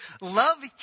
love